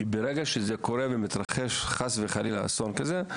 ברגע שזה קורה ומתרחש חס וחלילה אסון כזה,